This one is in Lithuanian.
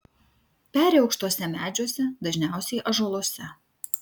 peri aukštuose medžiuose dažniausiai ąžuoluose